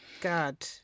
god